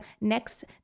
next